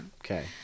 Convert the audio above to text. Okay